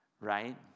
right